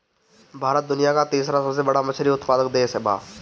भारत दुनिया का तीसरा सबसे बड़ा मछली उत्पादक देश बा